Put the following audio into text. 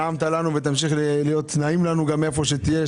נעמת לו ותמשיך להיות נעים לנו גם איפה שתהיה,